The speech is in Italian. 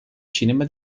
cinema